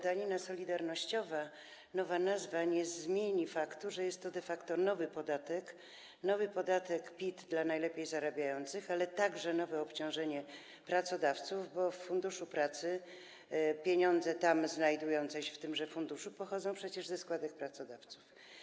Danina solidarnościowa - nowa nazwa nie zmieni faktu, że jest to de facto nowy podatek, nowy podatek PIT dla najlepiej zarabiających, ale także nowe obciążenie dla pracodawców, bo w Funduszu Pracy pieniądze tam znajdujące się, w tymże funduszu, pochodzą przecież ze składek pracodawców.